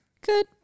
Good